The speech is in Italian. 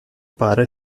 pare